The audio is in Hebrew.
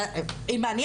לא הלוואי,